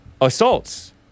assaults